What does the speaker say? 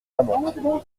amante